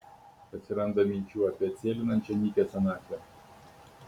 atsiranda minčių apie atsėlinančią nykią senatvę